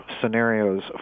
scenarios